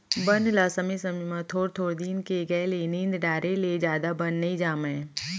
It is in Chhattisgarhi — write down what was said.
बन ल समे समे म थोर थोर दिन के गए ले निंद डारे ले जादा बन नइ जामय